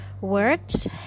words